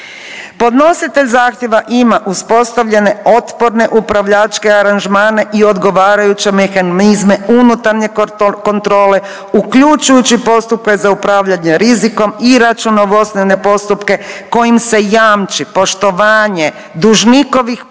Podnositelj zahtjeva ima uspostavljene otporne upravljačke aranžmane i odgovarajuće mehanizme unutarnje kontrole uključujući postupke za upravljanje rizikom i računovodstvene postupke kojim se jamči poštovanje dužnikovih prava